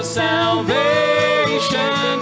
salvation